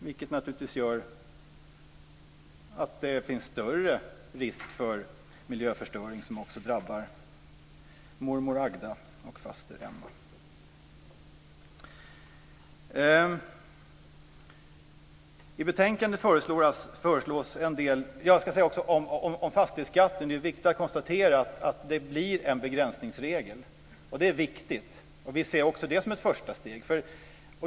Det gör naturligtvis att det finns större risk för miljöförstöring som också drabbar mormor När det gäller fastighetsskatten är det viktigt att konstatera att det blir en begränsningsregel. Det är viktigt.